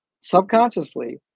subconsciously